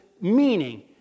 meaning